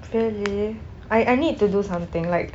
really I I need to do something like